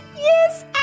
Yes